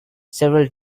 several